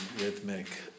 rhythmic